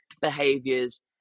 behaviors